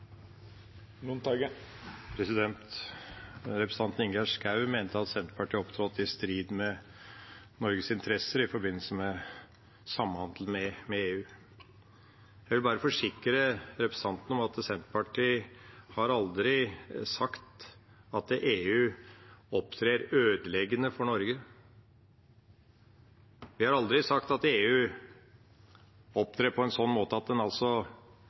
dag. Representanten Ingjerd Schou mente at Senterpartiet har opptrådt i strid med Norges interesser i forbindelse med samhandel med EU. Jeg vil bare forsikre representanten om at Senterpartiet aldri har sagt at EU opptrer ødeleggende for Norge. Vi har aldri sagt at EU opptrer på en sånn måte at